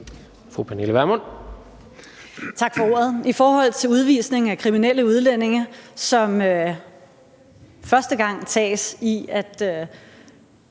Pernille Vermund (NB): Tak for ordet. I forhold til udvisning af kriminelle udlændinge, som for første gang tages i at